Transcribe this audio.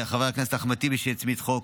חבר הכנסת אחמד טיבי, שהצמיד חוק.